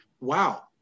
wow